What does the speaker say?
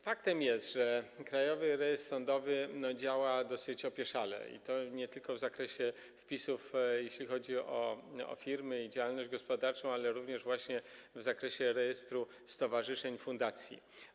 Faktem jest, że Krajowy Rejestr Sądowy działa dosyć opieszale, i to nie tylko w zakresie wpisów, jeśli chodzi o firmy i działalność gospodarczą, ale również w zakresie rejestru stowarzyszeń i fundacji.